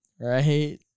Right